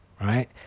right